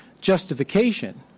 justification